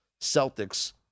Celtics